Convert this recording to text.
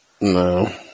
No